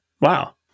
Wow